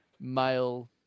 male